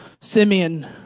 Simeon